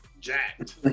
jacked